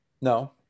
No